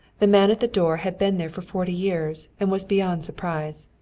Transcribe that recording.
the man at the door had been there for forty years, and was beyond surprise.